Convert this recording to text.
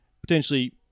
Potentially